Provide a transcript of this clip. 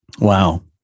Wow